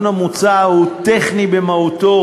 מס' 9). התיקון המוצע הוא טכני במהותו,